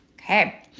Okay